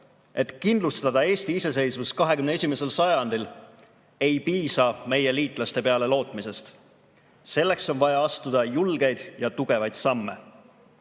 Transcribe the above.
et kindlustada Eesti iseseisvust 21. sajandil, ei piisa meie liitlaste peale lootmisest. Selleks on vaja astuda julgeid ja tugevaid samme. Head